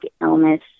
illness